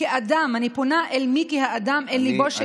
כאדם, אני פונה אל מיקי האדם, אל ליבו של מיקי.